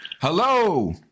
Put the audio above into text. Hello